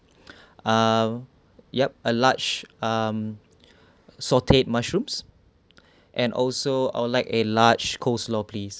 ah yup a large um sautéed mushrooms and also I would like a large coleslaw please